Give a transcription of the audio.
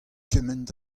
kement